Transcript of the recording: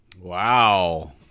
Wow